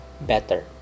better